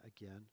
again